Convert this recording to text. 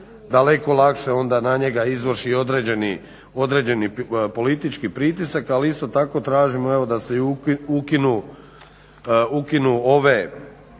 daleko lakše na njega izvrši određeni politički pritisak. Ali isto tako tražimo da se ukinu ove